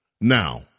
Now